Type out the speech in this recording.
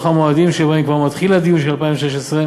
המועדים שבהם כבר מתחיל הדיון של 2016,